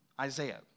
Isaiah